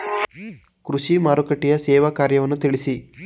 ಕೃಷಿ ಮಾರುಕಟ್ಟೆಯ ಸೇವಾ ಕಾರ್ಯವನ್ನು ತಿಳಿಸಿ?